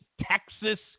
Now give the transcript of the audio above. Texas